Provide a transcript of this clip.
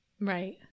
right